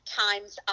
times